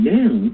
now